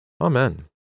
Amen